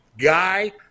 guy